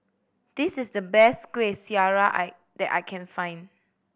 this is the best Kueh Syara I that I can find